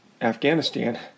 Afghanistan